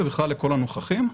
ובכלל לכל הנוכחים,